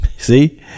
See